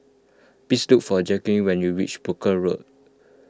please look for Jacqulyn when you reach Brooke Road